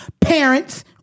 Parents